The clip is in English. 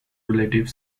relative